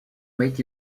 made